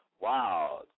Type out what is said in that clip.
wow